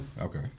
Okay